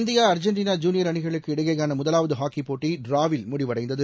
India Argentina junior அணிகளுக்கு இடையேயானமுதலாவதுஹாக்கிபோட்டிடிராவில் முடிவடைந்தது